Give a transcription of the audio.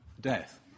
death